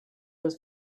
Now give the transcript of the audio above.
was